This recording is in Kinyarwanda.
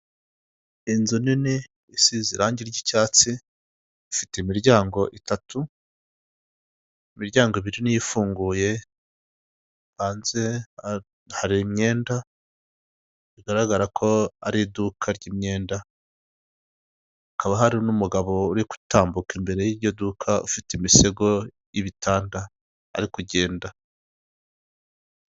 Inzu nini isize irangi ry'icyatsi ifite imiryango itatu, imiryango ibiri niyo ifunguye, hanze hari imyenda bigaragara ko ari iduka ry'imyenda, hakaba hari n'umugabo uri gutambuka imbere y'iryo duka, ufite imisego y'ibitanda ari kugenda.